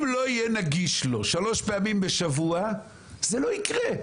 אם לא יהיה נגיש לו שלוש פעמים בשבוע, זה לא יקרה.